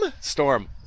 Storm